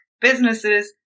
Businesses